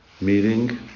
meeting